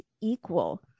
equal